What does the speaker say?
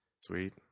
Sweet